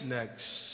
Next